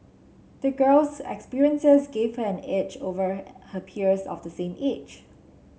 the girl's experiences gave her an edge over her peers of the same age